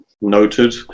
Noted